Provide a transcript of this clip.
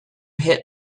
hit